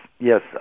Yes